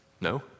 No